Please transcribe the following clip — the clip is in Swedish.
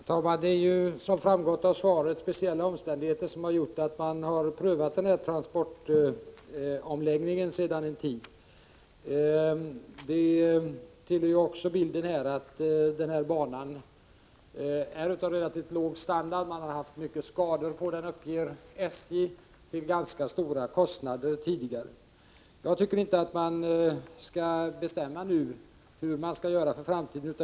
Herr talman! Det är ju, som framgått av svaret, speciella omständigheter som har gjort att man sedan en tid har prövat den här transportomläggningen. Det hör också till bilden att banan har relativt dålig standard. SJ uppger att det tidigare har varit många skador på den som reparerats till ganska stora kostnader. Jag tycker inte att man nu skall bestämma hur det skall bli i framtiden.